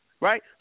right